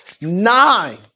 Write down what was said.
nine